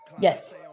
Yes